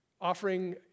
offering